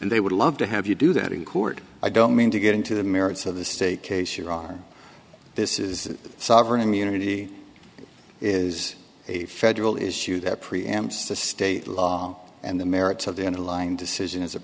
and they would love to have you do that in court i don't mean to get into the merits of the state case you are this is sovereign immunity is a federal issue that preempts the state law and the merits of the underlying decision as it